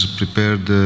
prepared